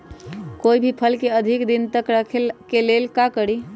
कोई भी फल के अधिक दिन तक रखे के लेल का करी?